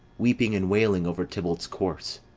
weeping and wailing over tybalt's corse.